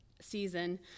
season